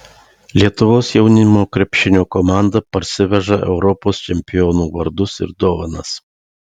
lietuvos jaunimo krepšinio komanda parsiveža europos čempionų vardus ir dovanas